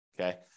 Okay